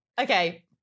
Okay